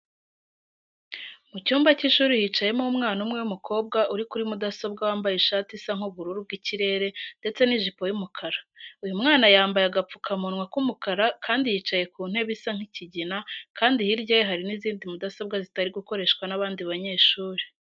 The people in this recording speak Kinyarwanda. Mu cyumba cy'ishuri hicayemo umwana umwe w'umukobwa uri kuri mudasobwa wambaye ishati isa nk'ubururu bw'ikirere ndetse n'ijipo y'umukara. Uyu mwana yambaye agapfukamunwa k'umukara kandi yicaye ku ntebe isa nk'ikigina kandi hirya ye hari n'izindi mudasobwa zitari gukoreshwa n'abandi banyeshuri.